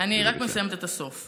אני רק מסיימת את הסוף.